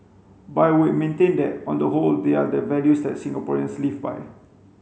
but I would maintain that on the whole they are the values that Singaporeans live by